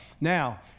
Now